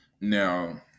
Now